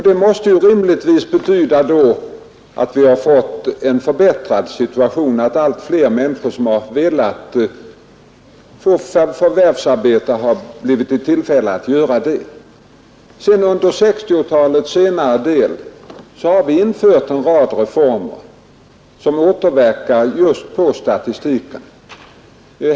Det måste rimligtvis betyda att vi har fått en förbättrad situation, att allt fler människor som velat förvärvsarbeta har blivit i tillfälle att göra det. Under 1960—talets senare del genomförde vi en rad reformer som återverkar på statistiken.